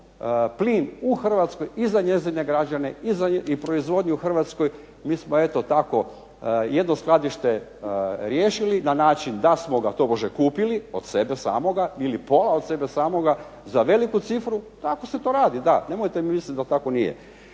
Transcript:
plin u Hrvatskoj i za njezine građane, i proizvodnju u Hrvatskoj, mi smo tako jedno skladište riješili na način da smo ga tobože kupili od sebe samoga ili pola od sebe samoga za veliku cifru. Tako se to radi da, nemojte misliti da tako nije.